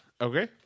Okay